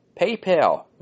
PayPal